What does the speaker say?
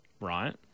Right